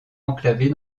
enclavée